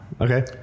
Okay